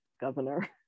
Governor